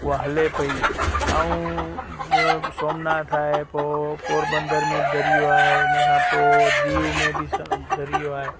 उहा हले पयी ऐं सोमनाथ आहे पोइ पोरबंदर में दरियो आहे इनखां पोइ दीयू में बि स दरियो आहे